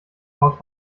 haut